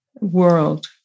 world